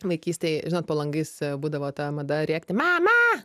vaikystėj žinot po langais būdavo ta mada rėkti mama